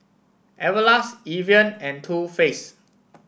Everlast Evian and Too Face